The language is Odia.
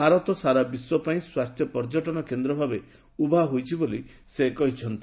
ଭାରତ ସାରା ବିଶ୍ୱ ପାଇଁ ସ୍ୱାସ୍ଥ୍ୟ ପର୍ଯ୍ୟଟନ କେନ୍ଦ୍ରଭାବରେ ଉଭା ହୋଇଛି ବୋଲି ସେ କହିଛନ୍ତି